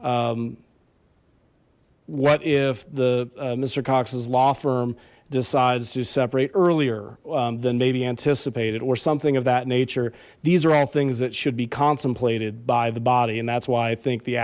what if the mister cox's law firm decides to separate earlier than maybe anticipated or something of that nature these are all things that should be contemplated by the body and that's why i think the